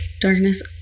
darkness